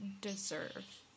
deserve